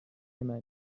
منی